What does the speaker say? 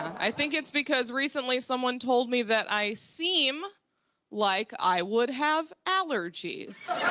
i think it's because recently someone told me that i seem like i would have allergies.